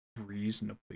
reasonably